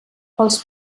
els